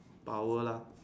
power lah